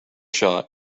shot